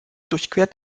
durchquert